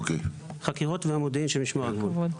חקירות ומודיעין של משמר הגבול.